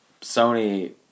Sony